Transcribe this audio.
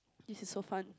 this is so fun